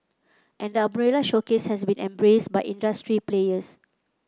and the umbrella showcase has been embraced by industry players